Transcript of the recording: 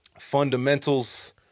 fundamentals